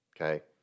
Okay